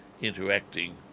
interacting